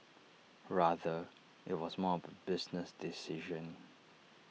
rather IT was more of business decision